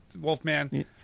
Wolfman